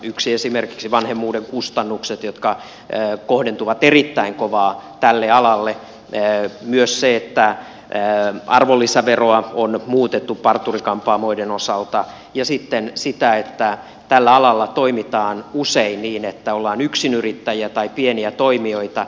yhtenä esimerkkinä vanhemmuuden kustannukset jotka kohdentuvat erittäin kovaa tälle alalle ja myös se että arvonlisäveroa on muutettu parturi kampaamoiden osalta ja sitten se että tällä alalla toimitaan usein niin että ollaan yksinyrittäjiä tai pieniä toimijoita